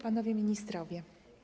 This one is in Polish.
Panowie Ministrowie!